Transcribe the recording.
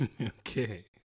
Okay